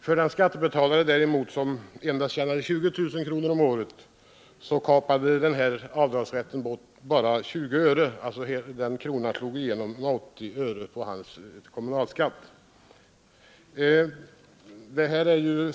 För en skattebetalare som däremot tjänade endast 20 000 kronor om året minskades skatten genom avdragsrätten bara med 20 öre. Höjningen slog alltså igenom med 80 öre på hans statsskatt.